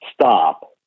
stop